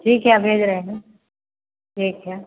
ठीक है भेज रहे हैं ठीक है